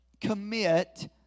commit